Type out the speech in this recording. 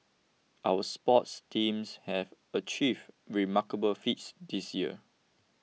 our sports teams have achieved remarkable feats this year